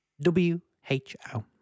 W-H-O